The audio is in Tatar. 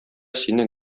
сине